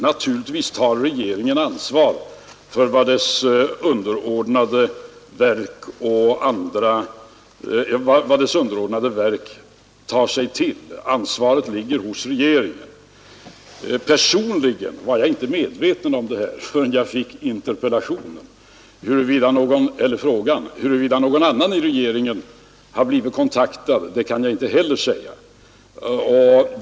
Naturligtvis tar regeringen ansvar för vad dess underordnade verk företar sig. Ansvaret ligger hos regeringen. Personligen var jag inte medveten om det här förrän jag fick den enkla frågan. Huruvida någon annan i regeringen har blivit kontaktad kan jag inte säga.